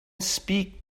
speak